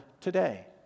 today